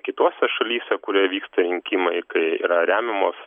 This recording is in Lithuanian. kitose šalyse kurioj vyksta rinkimai kai yra remiamos